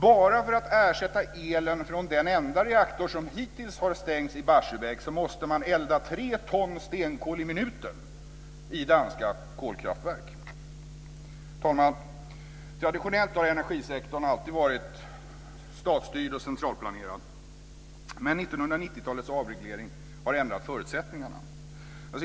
Bara för att ersätta elen från den enda reaktor som hittills har stängts i Barsebäck måste man elda tre ton stenkol i minuten i danska kolkraftverk. Herr talman! Traditionellt har energisektorn alltid varit statsstyrd och centralplanerad. Men 1990-talets avreglering har ändrat förutsättningarna.